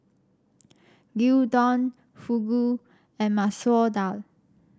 Gyudon Fugu and Masoor Dal